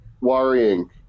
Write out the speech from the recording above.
worrying